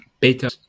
beta